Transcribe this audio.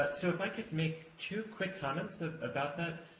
so, if i could make two quick comments about that.